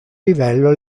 livello